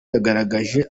yagaragaje